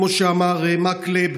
כמו שאמר מקלב,